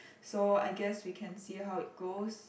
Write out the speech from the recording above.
so I guess we can see how it goes